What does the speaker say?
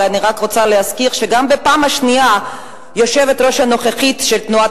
אבל אני רק רוצה להזכיר שגם בפעם השנייה היושבת-ראש הנוכחית של תנועת